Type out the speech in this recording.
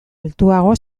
altuago